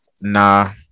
nah